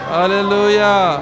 Hallelujah